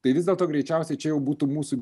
tai vis dėlto greičiausiai čia jau būtų mūsų